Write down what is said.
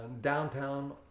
downtown